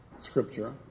scripture